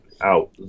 out